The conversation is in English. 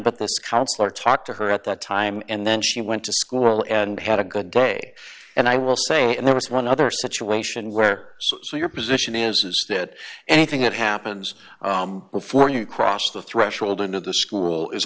counselor talked to her at that time and then she went to school and had a good day and i will say and there was one other situation where your position is is that anything that happens before you cross the threshold into the school is